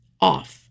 off